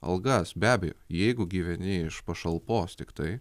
algas be abejo jeigu gyveni iš pašalpos tiktai